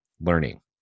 learning